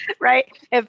Right